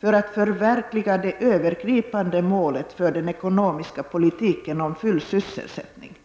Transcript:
för att förverkliga det övergripande målet för den ekonomiska politiken om full sysselsättning.